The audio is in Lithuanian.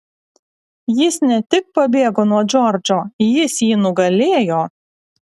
jis ne tik pabėgo nuo džordžo jis jį nugalėjo